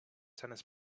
tennis